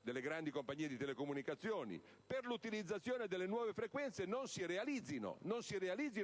delle grandi compagnie di telecomunicazioni, per l'utilizzazione delle nuove frequenze non si realizzino